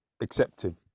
accepted